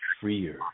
freer